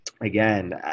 Again